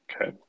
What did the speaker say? Okay